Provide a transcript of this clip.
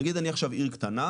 נגיד אני עכשיו עיר קטנה,